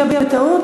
ותעבור